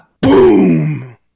boom